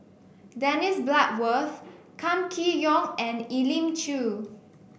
Dennis Bloodworth Kam Kee Yong and Elim Chew